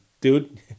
Dude